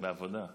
בעבודה.